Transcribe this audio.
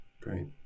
great